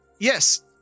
Yes